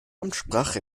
amtssprache